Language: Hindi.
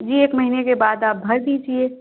जी एक महीने के बाद आप भर दीजिए